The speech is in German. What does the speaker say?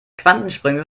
quantensprünge